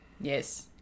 Yes